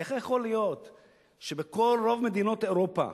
איך יכול להיות שברוב מדינות אירופה